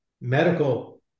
medical